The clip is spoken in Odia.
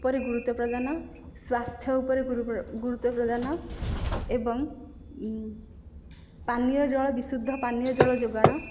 ଉପରେ ଗୁରୁତ୍ୱ ପ୍ରଦାନ ସ୍ୱାସ୍ଥ୍ୟ ଉପରେ ଗୁରୁତ୍ୱ ପ୍ରଦାନ ଏବଂ ପାନୀୟ ଜଳ ବିଶୁଦ୍ଧ ପାନୀୟ ଜଳ ଯୋଗାଣ